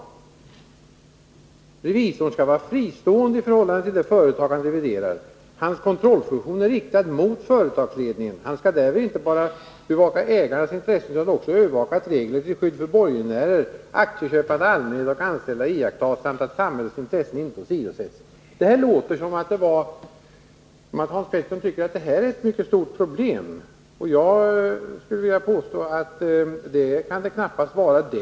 Vidare säger vi: ”Revisorn skall vara fristående i förhållande till det företag han reviderar. Hans kontrollfunktion är riktad mot företagsledningen. Han skall därvid inte bara bevaka ägarnas intressen utan också övervaka att regler till skydd för borgenärer, aktieköpande allmänhet och anställda iakttas samt att samhällets intressen inte åsidosätts.” Det låter som om Hans Pettersson tycker att det här är ett mycket stort problem, men jag skulle vilja påstå att det knappast kan vara det.